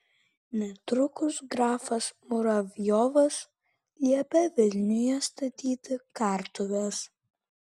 netrukus grafas muravjovas liepė vilniuje statyti kartuves